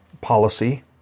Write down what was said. policy